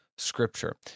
Scripture